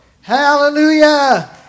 Hallelujah